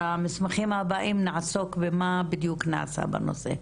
במסמכים הבאים נעסוק במה בדיוק נעשה בנושא.